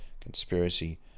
conspiracy